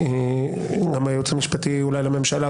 אבקש תשובה מהייעוץ המשפטי לממשלה,